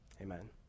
Amen